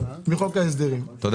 מדוע?